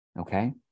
okay